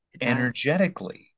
energetically